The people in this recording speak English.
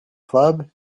club